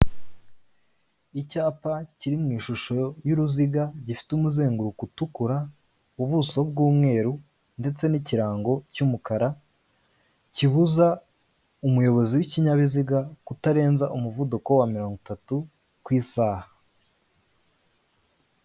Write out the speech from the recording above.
Icyapa kiri mu ishusho y'uruziga, gifite umuzenguruko utukura, ubuso bw'umweru, ndetse n'ikirango cy'umukara, kibuza umuyobozi w'ikinyabiziga kutarenza umuvuduko wa mirongo itatu ku isaha.